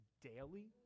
daily